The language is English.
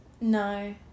No